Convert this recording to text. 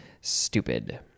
stupid